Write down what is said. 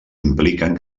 impliquen